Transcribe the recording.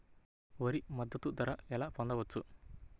వరి మద్దతు ధర ఎలా పొందవచ్చు?